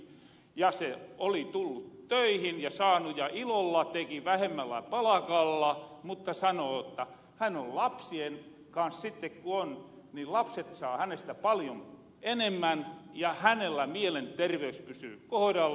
ja se oli tullu töihin ja saanu ja ilolla teki vähemmällä palakalla mutta sano jotta hän on lapsien kans sitte ku on ni lapset saa hänestä paljon enemmän ja hänellä mielenterveys pysyy kohdalla